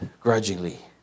grudgingly